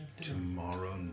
tomorrow